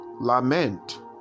Lament